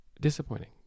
disappointing